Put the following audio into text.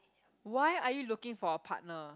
why are you looking for a partner